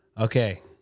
Okay